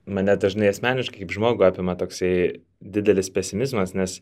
mane dažnai asmeniškai kaip žmogų apima toksai didelis pesimizmas nes